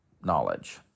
knowledge